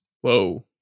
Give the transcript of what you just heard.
Whoa